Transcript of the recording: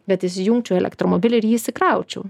bet įsijungčiau elektromobilį ir jį įsikraučiau